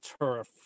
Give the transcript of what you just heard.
turf